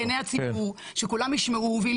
צריך לעשות אותו לעיני הציבור כיד שכולם ישמעו וילמדו